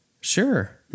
Sure